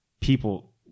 people